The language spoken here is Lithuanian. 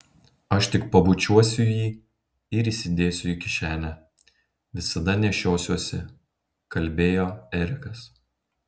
aš tik pabučiuosiu jį ir įsidėsiu į kišenę visada nešiosiuosi kalbėjo erikas